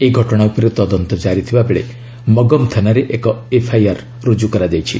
ଏହି ଘଟଣା ଉପରେ ତଦନ୍ତ କ୍କାରି ଥିବା ବେଳେ ମଗମ୍ ଥାନାରେ ଏକ ଏଫ୍ଆଇଆର୍ ରୁଜୁ ହୋଇଛି